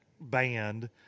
band